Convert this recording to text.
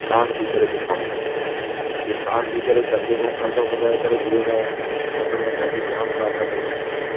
साण थी करे ॿिठा हूंदा आहिनि जीअं साण थी करे कंधे सां कंधो मिलाए करे बिहंदा आहिनि त हुनमें असांखे जाम ताक़त ईंदी आहे